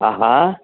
हा हा